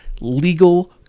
legal